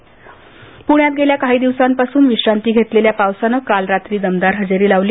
प्ण्यात गेल्या काही दिवसांपासून विश्रांती घेतलेल्या पावसाने काल रात्री दमदार हजेरी लावली